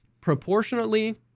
Proportionately